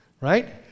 Right